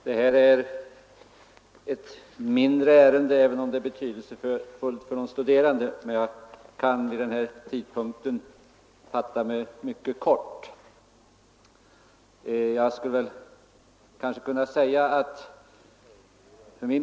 Fru talman! Punkten 4, Bidrag till hälsooch sjukvård för studerande, är ett mindre ärende, även om det är betydelsefullt för de studerande. Jag kan vid denna tidpunkt fatta mig mycket kort.